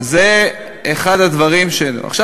זה אחד הדברים שלא, אם האוכלוסייה עובדת.